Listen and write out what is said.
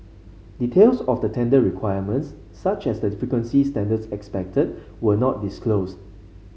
details of the tender requirements such as the standards expected were not disclosed